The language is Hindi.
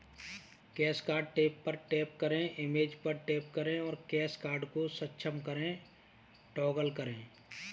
कैश कार्ड टैब पर टैप करें, इमेज पर टैप करें और कैश कार्ड को सक्षम करें टॉगल करें